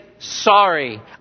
Sorry